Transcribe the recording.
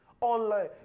online